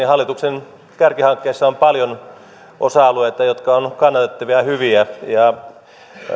hallituksen kärkihankkeissa on paljon osa alueita jotka ovat ovat kannatettavia ja hyviä ja